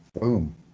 boom